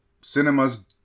cinemas